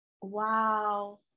Wow